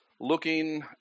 looking